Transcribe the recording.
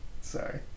Sorry